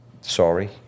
sorry